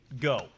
go